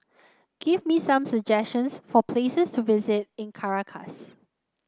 give me some suggestions for places to visit in Caracas